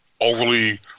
overly